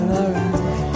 alright